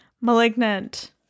malignant